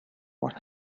what